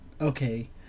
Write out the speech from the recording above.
okay